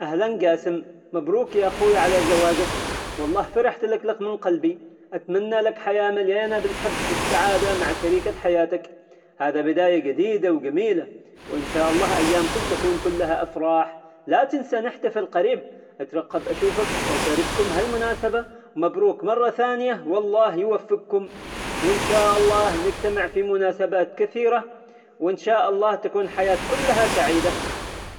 أهلا قاسم، مبروك يا خوي على زواجك، والله فرحت لك من قلبي، أتمنالك حياة مليانة بالحب والسعادة مع شريكة حياتك، هذا بداية جديدة وجميلة، وإن شاء الله أيامكم تكون كلها أفراح، لا تنسى نحتفل قريب، أترقب أشوفك وأشارككم هالمناسبة ومبروك مرة ثانية والله يوفقكم، وإن شاء الله نجتمع في مناسبات كثيرة، وإن شاء الله تكون حياة كلها سعيدة.